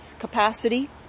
capacity